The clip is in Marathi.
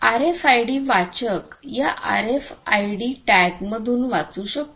आरएफआयडी वाचक या आरएफआयडी टॅगमधून वाचू शकतो